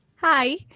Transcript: Hi